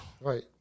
Right